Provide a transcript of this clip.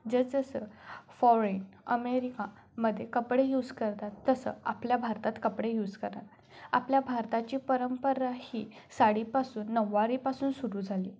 जसजसं फॉरेन अमेरिकामध्ये कपडे यूज करतात तसं आपल्या भारतात कपडे यूज करतात आपल्या भारताची परंपरा ही साडीपासून नऊवारीपासून सुरू झाली